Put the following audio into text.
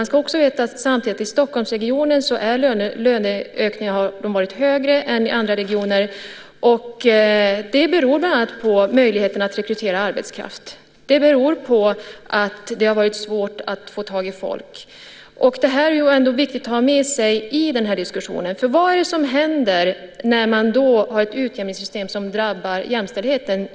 Samtidigt ska man veta att löneökningarna i Stockholmsregionen har varit högre än i andra regioner, vilket bland annat beror på möjligheten att rekrytera arbetskraft. Det har varit svårt att få tag i folk. Detta är viktigt att ha med sig i den här diskussionen. Vad är det nämligen som händer när man har ett utjämningssystem som drabbar jämställdheten?